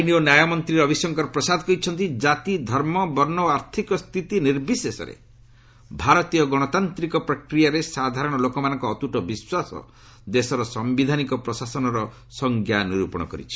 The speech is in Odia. ଆଇନ ଓ ନ୍ୟାୟ ମନ୍ତ୍ରୀ ରବୀଶଙ୍କର ପ୍ରସାଦ କହିଛନ୍ତି ଜାତି ଧର୍ମ ବର୍ଷ ଓ ଆର୍ଥକ ସ୍ଥିତି ନିର୍ବିଶେଷରେ ଭାରତୀୟ ଗଣତାନ୍ତିକ ପ୍ରକ୍ରିୟାରେ ସାଧାରଣ ଲୋକମାନଙ୍କ ଅତୁଟ ବିଶ୍ୱାସ ଦେଶର ସାମ୍ଘିଧାନିକ ପ୍ରଶାସନର ସଂଜ୍ଞା ନିର୍ପଣ କରିଛି